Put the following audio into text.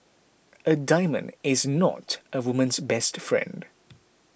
a diamond is not a woman's best friend